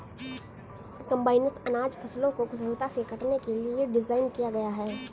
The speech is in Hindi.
कम्बाइनस अनाज फसलों को कुशलता से काटने के लिए डिज़ाइन किया गया है